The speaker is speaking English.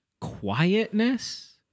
Quietness